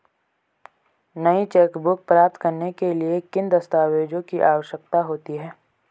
नई चेकबुक प्राप्त करने के लिए किन दस्तावेज़ों की आवश्यकता होती है?